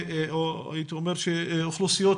והייתי אומר שהן אוכלוסיות